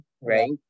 right